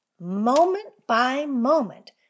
moment-by-moment